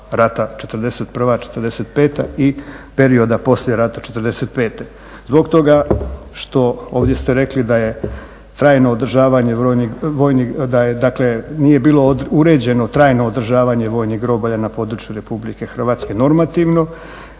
rata '41., '45. i perioda poslije rata '45.. Zbog toga što ovdje ste rekli da je trajno održavanje vojnih, da je dakle, nije bilo uređeno trajno